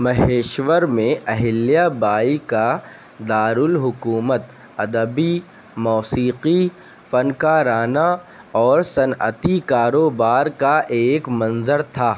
مہیشور میں اہلیا بائی کا دارُ الُحکُومت ادبی موسیقی فنکارانہ اور صنعتی کاروبار کا ایک منظر تھا